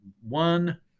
one